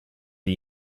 gli